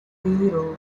zero